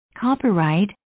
Copyright